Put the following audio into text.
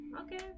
Okay